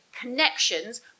connections